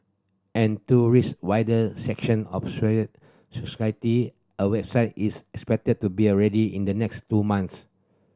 and to reach wider section of society a website is expected to be already in the next two months